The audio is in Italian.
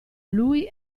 lui